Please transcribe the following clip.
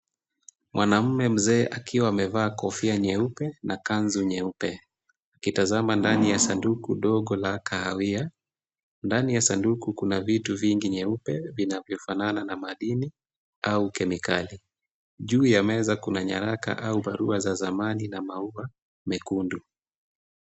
Mwaname mzee akiwa amevaa kofia nyeupe na kanzu nyeupe. akitazama ndani ya sanduku ndogo la kahawia. Ndani ya saduku kuna vitu vingi vyeupe vinavyofanana na madini au kemikali. Juu ya meza kuna nyaraka au barua za zamani na maua mekundu.